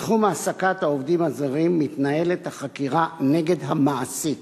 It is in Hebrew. בתחום העסקת העובדים הזרים מתנהלת החקירה נגד המעסיק.